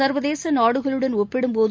சர்வதேச நாடுகளுடன் ஒப்பிடும்போது